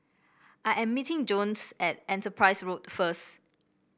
I am meeting Jones at Enterprise Road first